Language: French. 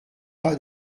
pas